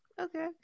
Okay